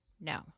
no